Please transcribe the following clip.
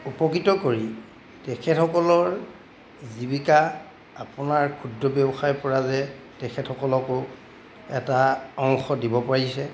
উপকৃত কৰি তেখেতসকলৰ জীৱিকা আপোনাৰ ক্ষুদ্ৰ ব্যৱসায়ৰপৰা যে তেখেতসকলকো এটা অংশ দিব পাৰিছে